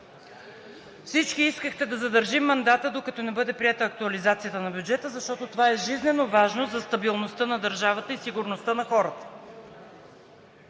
Всички искахте да задържим мандата, докато не бъде приета актуализацията на бюджета, защото това е жизненоважно за стабилността на държавата и сигурността на хората.